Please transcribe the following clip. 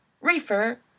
Reefer